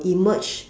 emerge